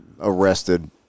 arrested